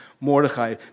Mordecai